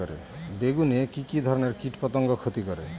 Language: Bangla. বেগুনে কি কী ধরনের কীটপতঙ্গ ক্ষতি করে?